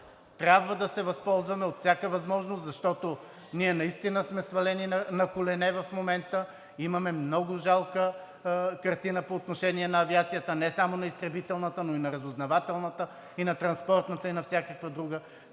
Трябва да се възползваме от всяка възможност, защото ние наистина сме свалени на колене в момента. Имаме много жалка картина по отношение на авиацията – не само на изтребителната, но на разузнавателната и на транспортната и на всякаква друга.